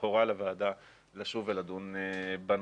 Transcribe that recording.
הורה לוועדה לשוב ולדון בנושא.